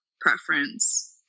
preference